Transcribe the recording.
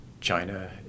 China